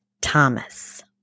Thomas